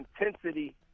intensity